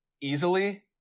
easily